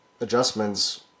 adjustments